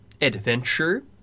Adventure